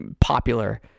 popular